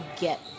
get